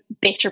better